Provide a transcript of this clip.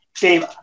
Dave